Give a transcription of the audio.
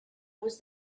was